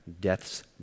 death's